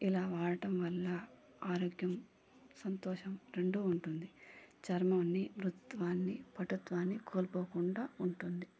ఇలా వాడటం వల్ల ఆరోగ్యం సంతోషం రెండు ఉంటుంది చర్మాన్ని మృదుత్వాన్ని పటుత్వాన్ని కోల్పోకుండా ఉంటుంది